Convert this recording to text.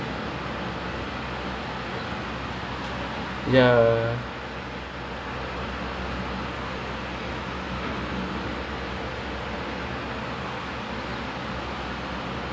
you just triggered my like primary school memories like I uh like my my last time school also they they tanam pokok Ribena then they l~ they kasi like me macam